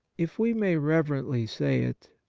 if we may reverently say it,